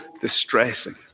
distressing